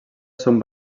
són